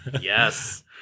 Yes